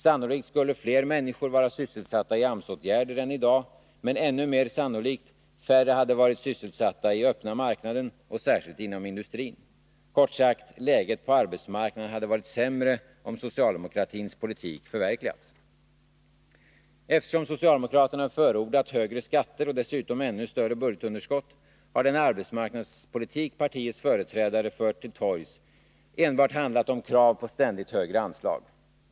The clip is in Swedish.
Sannolikt skulle fler människor vara sysselsatta i AMS-åtgärder än i dag — men ännu mer sannolikt: färre hade varit sysselsatta i öppna marknaden, särskilt inom industrin. Kort sagt: läget på arbetsmarknaden hade varit sämre, om socialdemokratins politik förverkligats. Eftersom socialdemokraterna förordat högre skatter och dessutom ännu större budgetunderskott, har den arbetsmarknadspolitik partiets företrädare fört till torgs enbart handlat om krav på ständigt högre anslag.